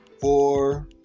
four